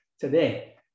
today